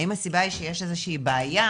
האם הסיבה היא שיש איזושהי בעיה,